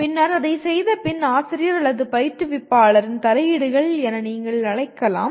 பின்னர் அதைச் செய்தபின்ஆசிரியர் அல்லது பயிற்றுவிப்பாளரின் தலையீடுகள் என நீங்கள் அழைக்கலாம்